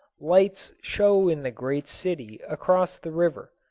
lights show in the great city across the river.